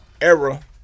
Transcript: era